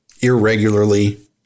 irregularly